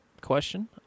question